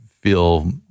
feel